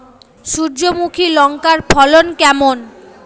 সূর্যমুখী লঙ্কার ফলন কেমন?